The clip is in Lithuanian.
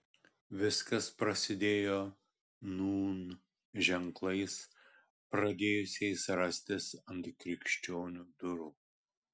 viskas prasidėjo nūn ženklais pradėjusiais rastis ant krikščionių durų